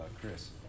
Chris